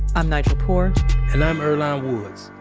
i'm nigel poor and i'm earlonne woods.